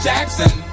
Jackson